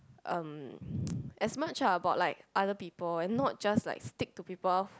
um as much ah about like other people and not just like stick to people